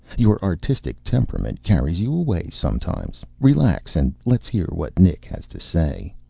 your artistic temperament carries you away sometimes. relax and let's hear what nick has to say.